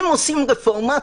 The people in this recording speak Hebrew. אם נעשית רפורמה,